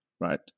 right